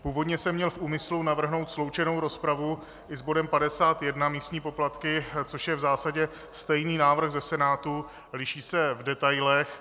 Původně jsem měl v úmyslu navrhnout sloučenou rozpravu i s bodem 51, místní poplatky, což je v zásadě stejný návrh ze Senátu, liší se v detailech.